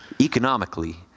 economically